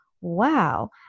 wow